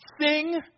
Sing